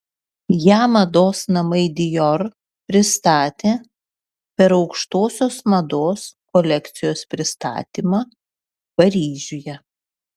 ją mados namai dior pristatė per aukštosios mados kolekcijos pristatymą paryžiuje